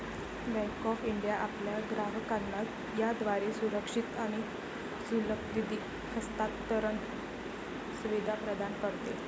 bank of India आपल्या ग्राहकांना याद्वारे सुरक्षित आणि सुलभ निधी हस्तांतरण सुविधा प्रदान करते